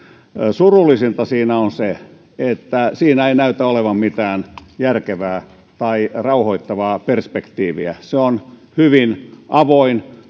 surullisinta siinä on se että siinä ei näytä olevan mitään järkevää tai rauhoittavaa perspektiiviä se on hyvin avoin